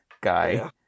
Guy